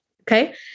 Okay